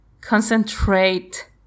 concentrate